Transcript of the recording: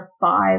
five